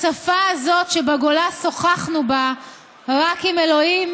בשפה הזאת, שבגולה שוחחנו בה רק עם אלוהים